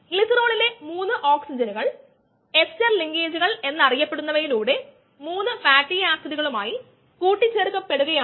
k1ESk2ESk3ES നമ്മൾ ഇത് മാറ്റുകയാണ് നമ്മൾ എല്ലാ k 1 E ശേഖരിക്കുന്നു E അറിയാൻ പ്രയാസമാണ് അതേസമയം E t നമുക്ക് ഹാൻഡിൽ ചെയാം